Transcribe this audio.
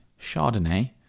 Chardonnay